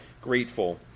grateful